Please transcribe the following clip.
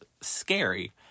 scary